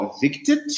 convicted